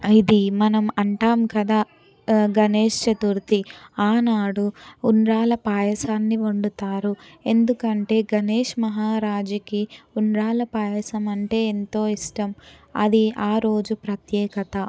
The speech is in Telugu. ఇది మనం అంటాము కదా గణేష్ చతుర్థి ఆనాడు ఉండ్రాళ్ళ పాయసాన్ని వండుతారు ఎందుకంటే గణేష్ మహరాజ్కి ఉండ్రాళ్ళ పాయసం అంటే ఎంతో ఇష్టం అది ఆరోజు ప్రత్యేకత